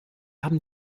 haben